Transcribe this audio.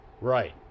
Right